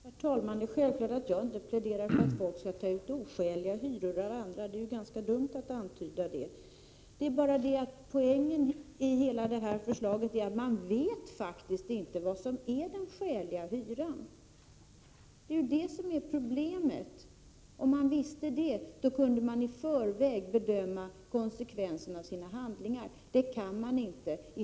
Herr talman! Självfallet pläderar jag inte för att folk skall ta ut oskäliga hyror av andra. Det är ganska dumt att antyda någonting sådant. Det väsentliga med det här förslaget är ju att man faktiskt inte vet vad som är att betrakta som oskälig hyra, och det är ju det som är problemet. Om man visste vad som är att betrakta som oskälig hyra, kunde man i förväg bedöma konsekvenserna av sina handlingar. Men det kan man alltså inte.